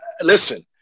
listen